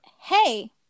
Hey